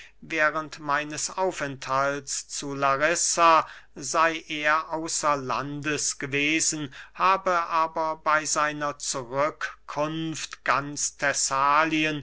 während meines aufenthalts zu larissa sey er außer landes gewesen habe aber bey seiner zurückkunft ganz